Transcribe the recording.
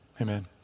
Amen